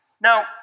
Now